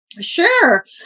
Sure